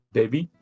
baby